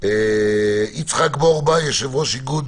יצחק בורבא, יושב-ראש איגוד